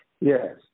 Yes